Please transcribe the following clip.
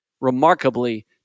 remarkably